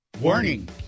Warning